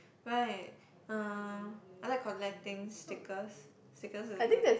right uh I like collecting stickers stickers are good